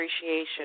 appreciation